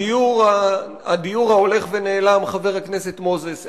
הדיור ההולך ונעלם, חבר הכנסת מוזס.